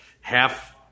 half